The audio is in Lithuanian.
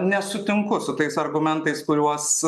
nesutinku su tais argumentais kuriuos